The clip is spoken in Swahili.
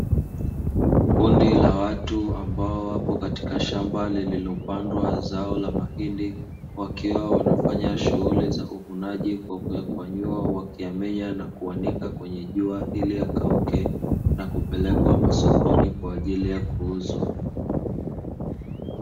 Kundi la watu ambao wapo katika shamba lilipondwa zao la mahindi wakiwa wanafanya shughuli za uvunaji kwa kuyakwanyua wakiyamenya na kuanika kwenye jua, ili yakauke na kupelekwa masokoni kwa ajili ya kuuzwa.